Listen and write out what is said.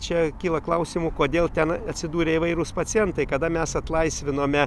čia kyla klausimų kodėl ten atsidūrė įvairūs pacientai kada mes atlaisvinome